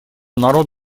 народ